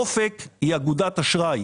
"אופק" היא אגודת אשראי.